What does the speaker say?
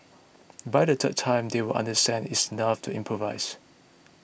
by the third time they will understand it enough to improvise